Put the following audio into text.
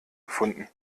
gefunden